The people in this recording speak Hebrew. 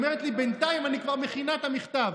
אומרת לי: בינתיים אני כבר מכינה את המכתב,